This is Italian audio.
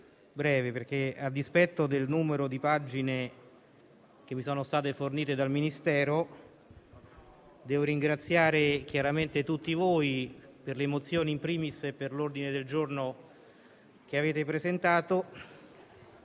a dispetto del numero di pagine che mi sono state fornite dal Ministero. Devo ringraziare tutti voi per le mozioni, *in primis*, e per l'ordine del giorno che avete presentato.